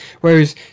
whereas